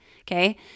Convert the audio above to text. okay